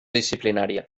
disciplinària